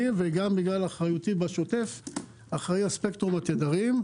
וגם בגלל אחריותי השוטפת על ספקטרום התדרים.